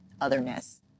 otherness